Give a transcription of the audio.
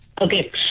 Okay